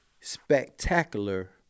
spectacular